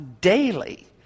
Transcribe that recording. daily